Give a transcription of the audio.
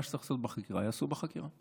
מה שצריך לעשות בחקירה, יעשו בחקירה.